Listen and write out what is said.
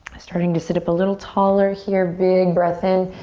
starting to sit up a little taller here. big breath in.